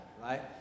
right